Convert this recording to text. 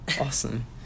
Awesome